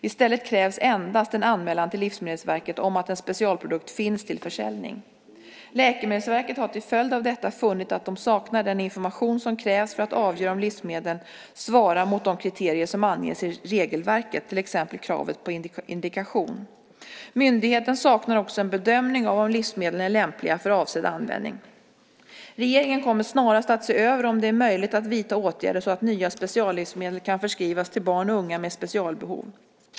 I stället krävs endast en anmälan till Livsmedelsverket om att en specialprodukt finns till försäljning. Läkemedelsverket har till följd av detta funnit att de saknar den information som krävs för att avgöra om livsmedlen svarar mot de kriterier som anges i regelverket, till exempel kravet på indikation. Myndigheten saknar också en bedömning av om livsmedlen är lämpliga för avsedd användning. Regeringen kommer snarast att se över om det är möjligt att vidta åtgärder så att nya speciallivsmedel kan förskrivas till barn och unga med specialbehov.